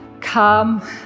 Come